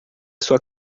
sua